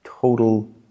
total